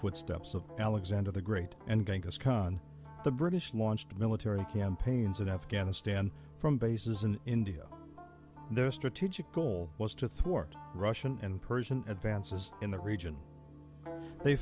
footsteps of alexander the great and ganga's khan the british launched military campaigns in afghanistan from bases in india their strategic goal was to thwart russian and persian advances in the region they